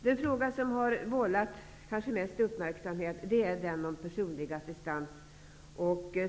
Den fråga som kanske har vållat mest uppmärksamhet är frågan om personlig assistans.